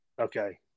Okay